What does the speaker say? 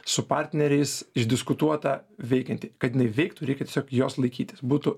su partneriais išdiskutuota veikianti kad jinai veiktų reikia tiesiog jos laikytis būtų